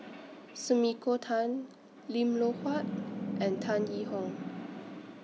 Sumiko Tan Lim Loh Huat and Tan Yee Hong